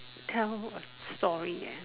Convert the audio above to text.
tell a story eh